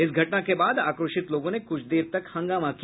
इस घटना के बाद आक्रोशित लोगों ने कुछ देर तक हंगामा किया